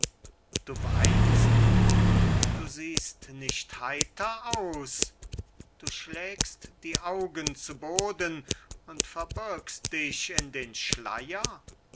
du weinst du siehst nicht heiter aus du schlägst die augen zu boden und verbirgst dich in den schleier